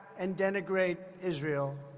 and denigrate israel.